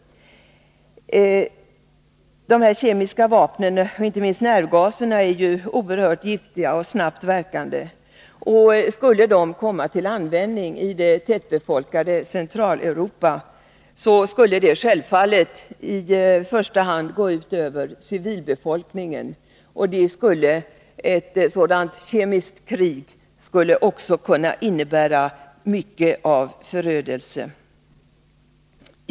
De kemiska vapnen, och inte minst nervgaserna, är ju oerhört giftiga och snabbt verkande, och skulle de komma till användning i det tättbefolkade Centraleuropa, skulle det självfallet i första hand gå ut över civilbefolkningen. Också ett sådant kemiskt krig skulle kunna innebära mycket av förödelse.